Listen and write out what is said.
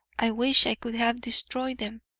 i wish i could have destroyed them.